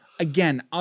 Again